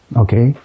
okay